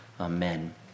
amen